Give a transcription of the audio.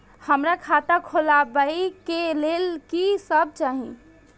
हमरा खाता खोलावे के लेल की सब चाही?